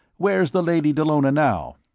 where's the lady dallona, now?